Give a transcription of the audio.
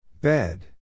Bed